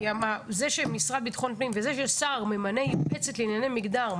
זה שהמשרד לביטחון פנים וזה ששר ממנה יועצת לענייני מגדר,